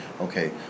okay